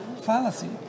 fallacy